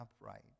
upright